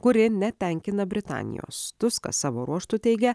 kuri netenkina britanijos tuskas savo ruožtu teigia